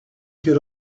could